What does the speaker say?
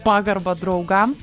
pagarba draugams